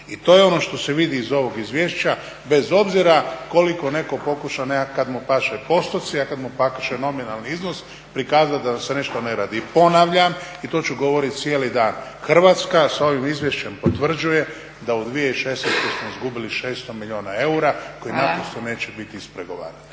I to je ono što se vidi iz ovog izvješća bez obzira koliko netko pokuša nekad kad mu paše postoci, a kad mu paše nominalni iznos prikazati da nam se nešto ne radi. Ponavljam, i to ću govoriti cijeli dan, Hrvatska sa ovim izvješćem potvrđuje da u 2016. smo izgubili 600 milijuna eura koji naprosto neće biti ispregovarani.